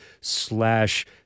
slash